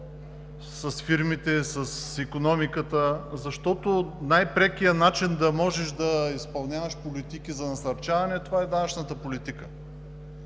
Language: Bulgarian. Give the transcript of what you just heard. с фирмите, с икономиката, защото най-прекият начин да можеш да изпълняваш политики за насърчаване е данъчната политика.